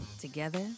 Together